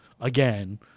again